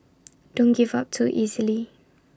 don't give up too easily